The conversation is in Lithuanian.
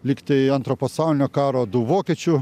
likti antro pasaulinio karo du vokiečių